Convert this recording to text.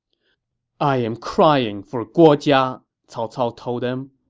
i am crying for guo jia, cao cao told them.